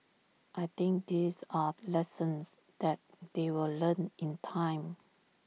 I think these are lessons that they will learn in time